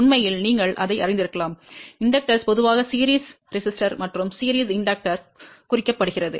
உண்மையில் நீங்கள் அதை அறிந்திருக்கலாம் தூண்டல் பொதுவாக தொடர் மின்தடை மற்றும் தொடர் தூண்டியால் குறிக்கப்படுகிறது